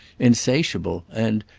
insatiable and,